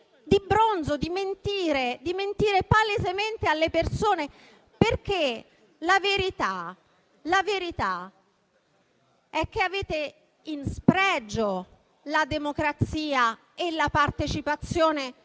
di bronzo di mentire palesemente alle persone, perché la verità è che avete in spregio la democrazia e la partecipazione